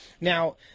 Now